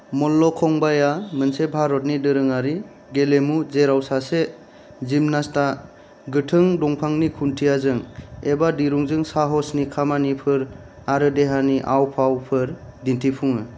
मल्लखंबाया मोनसे भारतनि दोरोङारि गेलेमु जेराव सासे जिमनास्टा गोथों दंफांनि खुन्थियाजों एबा दिरुंजों साहसनि खामानिफोर आरो देहानि आव फावफोर दिन्थिफुङो